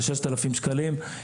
ו- 6,000 שקלים,